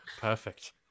perfect